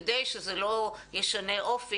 כדי שזה לא ישנה אופי.